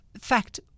fact